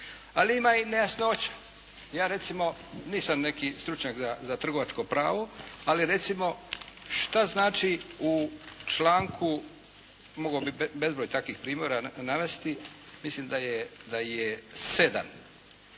ali ima i nejasnoća. Ja recimo nisam neki stručnjak za trgovačko pravo ali recimo šta znači u članku, mogao bih bezbroj takvih primjera navesti, mislim da je sedam,